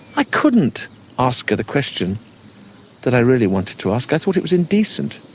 i couldn't ask her the question that i really wanted to ask. i thought it was indecent.